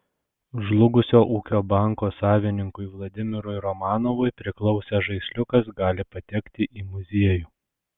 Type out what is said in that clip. žlugusio ūkio banko savininkui vladimirui romanovui priklausęs žaisliukas gali patekti į muziejų